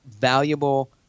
valuable